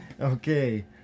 Okay